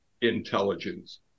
intelligence